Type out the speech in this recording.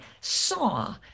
saw